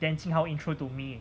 then jing hao intro to me